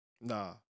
Nah